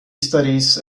studies